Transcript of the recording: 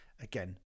again